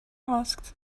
asked